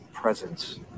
presence